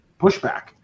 pushback